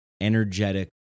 energetic